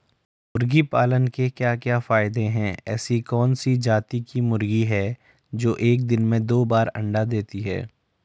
मुर्गी पालन के क्या क्या फायदे हैं ऐसी कौन सी जाती की मुर्गी है जो एक दिन में दो बार अंडा देती है?